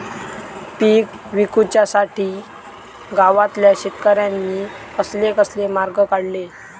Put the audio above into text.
पीक विकुच्यासाठी गावातल्या शेतकऱ्यांनी कसले कसले मार्ग काढले?